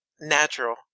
natural